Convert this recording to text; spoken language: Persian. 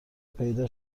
پیدا